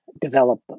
develop